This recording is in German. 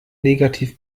negativ